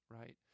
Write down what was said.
right